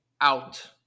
out